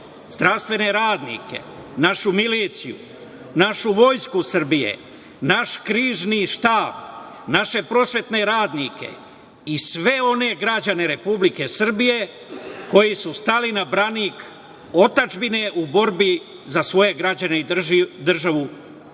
zdravstvene radnike, našu miliciju, našu Vojsku Srbije, naš Krizni štab, naše prosvetne radnike i sve one građane Republike Srbije koji su stali na branik otadžbine u borbi za svoje građane i državu Srbiju.